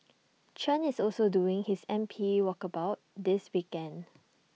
Chen is also doing his M P walkabouts this weekend